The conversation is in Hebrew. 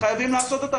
חייבים לעשות אותן,